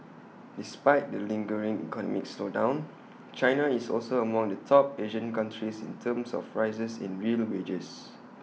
despite the lingering economic slowdown China is also among the top Asian countries in terms of rises in real wages